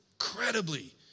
incredibly